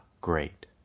great